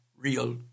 real